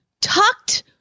tucked